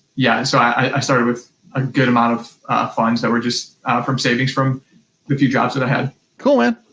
yeah, and, so i started with a good amount of funds that were just from savings from the few jobs that i had. cool man.